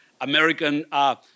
American